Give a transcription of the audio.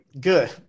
Good